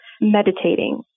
meditating